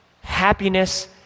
Happiness